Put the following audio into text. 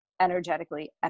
energetically